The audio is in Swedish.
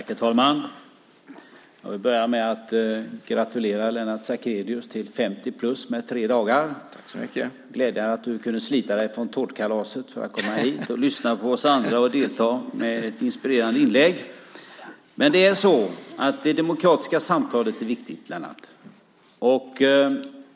Herr talman! Jag vill börja med att gratulera Lennart Sacrédeus till att ha blivit 50 plus, med tre dagar. Det är glädjande att du kunde slita dig från tårtkalaset för att komma hit och lyssna på oss andra och delta med ett inspirerande inlägg. Det demokratiska samtalet är viktigt, Lennart.